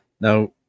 Now